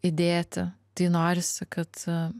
įdėti tai norisi kad